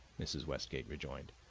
mrs. westgate rejoined.